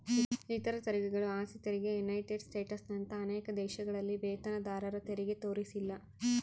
ಇತರ ತೆರಿಗೆಗಳು ಆಸ್ತಿ ತೆರಿಗೆ ಯುನೈಟೆಡ್ ಸ್ಟೇಟ್ಸ್ನಂತ ಅನೇಕ ದೇಶಗಳಲ್ಲಿ ವೇತನದಾರರತೆರಿಗೆ ತೋರಿಸಿಲ್ಲ